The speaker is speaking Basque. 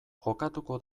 jokatuko